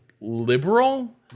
liberal